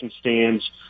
stands